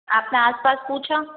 आपने आस पास पूछा